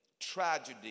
tragedy